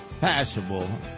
Passable